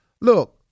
Look